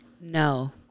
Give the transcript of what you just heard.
No